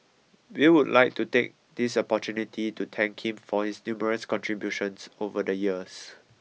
we would like to take this opportunity to thank him for his numerous contributions over the years